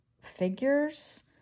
figures